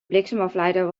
bliksemafleider